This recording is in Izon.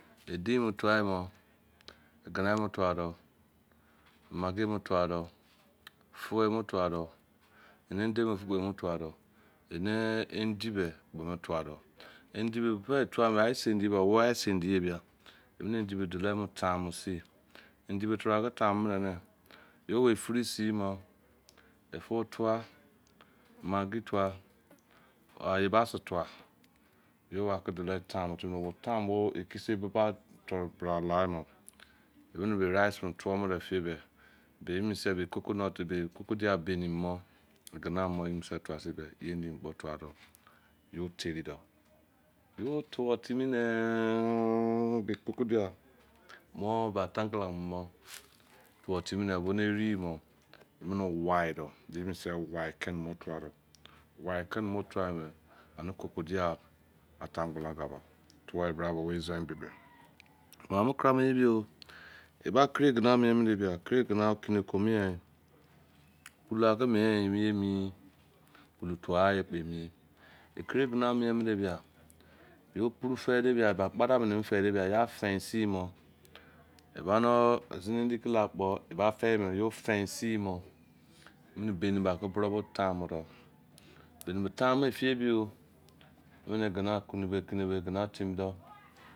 E deinmo tuai boh, egina emu tua doh, maggi emu tua doh, fou emu tua doh, ene ee me fu kpo emu tua doh ene endi be before etua beh ice endi owou ice endi eh bia emene endi beh dulo tamu sin endi be tebra ke tamu muno reh yo one firi sin boh e fou tua maggi tua ayibasi tua owa ake dulor tamu timi neh obo tamu bo ekuse buba toru bara lai bo emene bo rice mene tuo meno efie beh be eyi mini seh beh coconut be kokodia bemi mem mo egina mene mo yimenise tua sin beh ye endi mini kpo tua doh yo teri doh yo tuo timi neh beh kokodia mo beh atangbala anga mene mo tuo tuni ne bo ne eri mo emene wai doh emene asisewai keni mo tuo doh wai keni mo tuai boh anei kokodia anta ngbala anga tuoi bra beh owo izon ebe beh mamu kurai mu ye bi yo eba kirigina mie mine bia kiri gina okine ko miei pulu ake miei ye emi pulu tua gha ye kpo emi ekiri gina mu mine bia yo opuru fei de bia be akpada mene emi fei ḏe bia ya fein sin boh eba ne zini endi kela kpo eba fei boh yo fein sin boh emene beni ba ake boro bo tammu doh beni be tammui efie bi yo e mene egina akubo okine beh egina temi doh